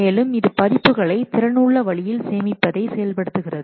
மேலும் இது பதிப்புகளை திறன் உள்ள வழியில் சேமிப்பதை செயல்படுத்துகிறது